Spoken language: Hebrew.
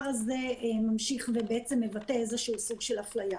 הזה ממשיך ומבטא איזשהו סוג של אפליה.